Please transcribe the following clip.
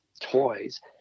toys